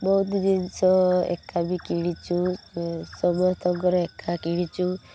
ବହୁତ ଜିନିଷ ଏକା ବି କିଣିଛୁ ସମସ୍ତଙ୍କର ଏକା କିଣିଛୁ